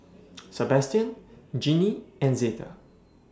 Sebastian Jeannie and Zeta